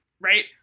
right